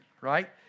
right